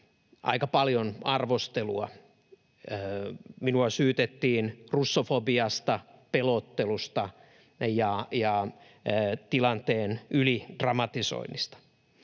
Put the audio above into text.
aika paljon arvostelua. Minua syytettiin russofobiasta, pelottelusta ja tilanteen ylidramatisoinnista.